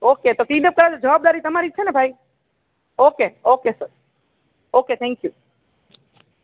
okay તો cleanup કરવાની જવાબદારી તમારી જ છે ને ભાઈ okay okay sir okay thank you